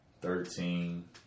Thirteen